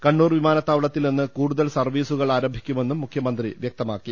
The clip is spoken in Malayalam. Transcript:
കണ്ണൂർ വിമാനത്താവളത്തിൽ നിന്ന് കൂടുതൽ സർവീസുകൾ ആരംഭിക്കുമെന്നും മുഖ്യമന്ത്രി വ്യക്ത മാക്കി